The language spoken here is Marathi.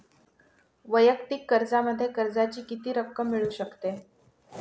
वैयक्तिक कर्जामध्ये कर्जाची किती रक्कम मिळू शकते?